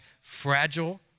fragile